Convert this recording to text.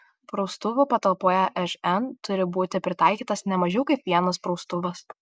praustuvų patalpoje žn turi būti pritaikytas ne mažiau kaip vienas praustuvas